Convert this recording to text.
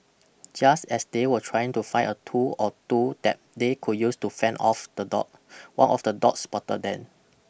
just as they were trying to find a tool or two that they could use to fend off the dog one of the dogs spotted them